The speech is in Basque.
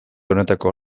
honetako